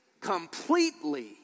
completely